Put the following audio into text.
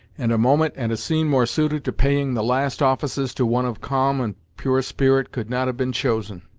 and a moment and a scene more suited to paying the last offices to one of calm and pure spirit could not have been chosen.